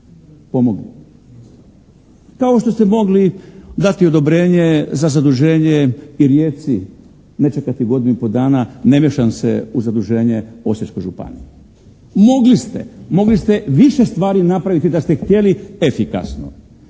pomogli bi, kao što ste mogli dati odobrenje za zaduženje i Rijeci, ne čekati godinu i pol dana, ne miješam se u zaduženje Osječkoj županiji. Mogli ste više stvari napraviti da ste htjeli, efikasno,